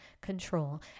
control